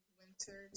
winter